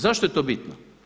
Zašto je to bitno?